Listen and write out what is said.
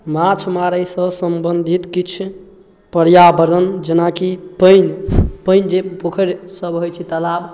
माँछ मारैसँ सम्बन्धित किछु पर्यावरण जेनाकि पैघ जे पोखरिसब होइ छै तालाब